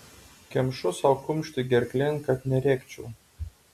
kemšu sau kumštį gerklėn kad nerėkčiau